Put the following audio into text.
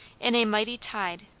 in a mighty tide,